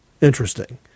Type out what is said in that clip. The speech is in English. Interesting